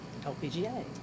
LPGA